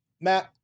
Matt